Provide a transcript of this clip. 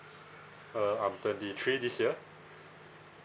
uh I'm twenty three this year